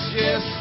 yes